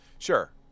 Sure